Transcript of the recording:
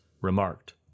remarked